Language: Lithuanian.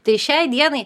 tai šiai dienai